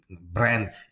brand